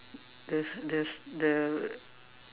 this this the